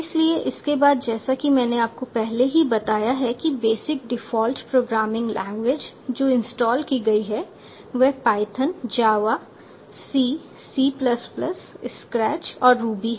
इसलिए इसके बाद जैसा कि मैंने आपको पहले ही बताया है कि बेसिक डिफ़ॉल्ट प्रोग्रामिंग लैंग्वेज जो इंस्टॉल की गई हैं वे Python Java C C Scratch और रूबी हैं